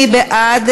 מי בעד?